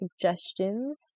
suggestions